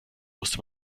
musste